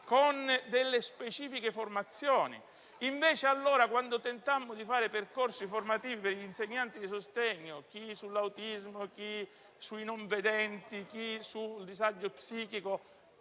con delle specifiche formazioni. Quando tentammo di fare percorsi formativi per gli insegnanti di sostegno (sull'autismo, sui non vedenti, sul disagio psichico,